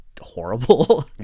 horrible